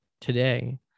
today